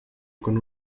con